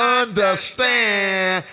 understand